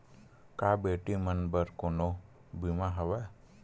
का बेटी मन बर कोनो बीमा हवय?